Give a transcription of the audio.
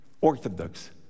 Orthodox